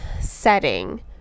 setting